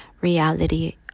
reality